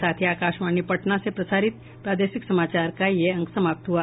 इसके साथ ही आकाशवाणी पटना से प्रसारित प्रादेशिक समाचार का ये अंक समाप्त हुआ